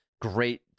great